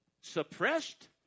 suppressed